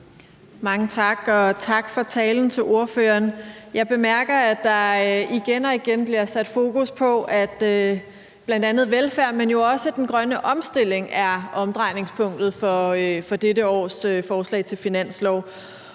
Mange tak, og tak til ordføreren for talen. Jeg bemærker, at der igen og igen bliver sat fokus på, at bl.a. velfærd, men jo også den grønne omstilling er omdrejningspunktet for dette års forslag til finanslov.